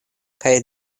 kaj